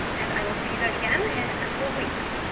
and i will see you guys again in a couple of weeks.